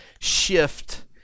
shift